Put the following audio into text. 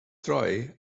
droi